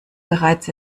bereits